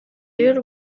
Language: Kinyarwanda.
y’u